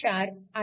4 ix